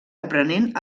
aprenent